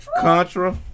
Contra